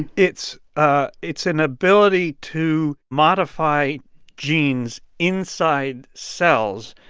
and it's ah it's an ability to modify genes inside cells.